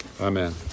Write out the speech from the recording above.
Amen